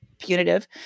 punitive